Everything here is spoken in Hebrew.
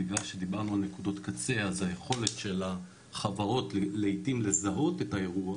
בגלל שדיברנו על נקודות קצה אז היכולת של החברות לעיתים לזהות את האירוע